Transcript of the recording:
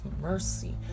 mercy